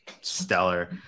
stellar